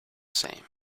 same